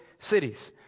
cities